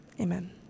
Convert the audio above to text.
Amen